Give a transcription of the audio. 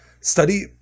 study